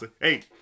Hey